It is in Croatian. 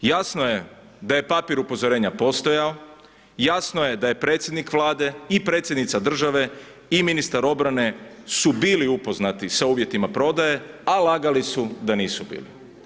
Jasno je da je papir upozorenja postojao, jasno je da je predsjednik Vlade i predsjednica države i ministar obrane su bili upoznati sa uvjetima prodaje, a lagali su da nisu bili.